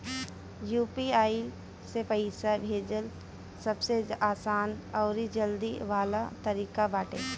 UPI से पईसा भेजल सबसे आसान अउरी जल्दी वाला तरीका बाटे